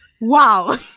wow